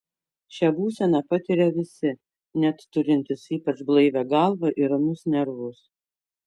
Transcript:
šią būseną patiria visi net turintys ypač blaivią galvą ir ramius nervus